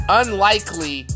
unlikely